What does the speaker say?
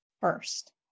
first